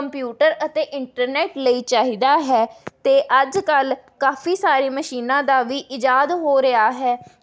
computer ਅਤੇ internet ਲਈ ਚਾਹੀਦਾ ਹੈ ਅਤੇ ਅੱਜ ਕੱਲ੍ਹ ਕਾਫ਼ੀ ਸਾਰੀ ਮਸ਼ੀਨਾਂ ਦਾ ਵੀ ਇਜਾਦ ਹੋ ਰਿਹਾ ਹੈ